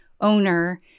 owner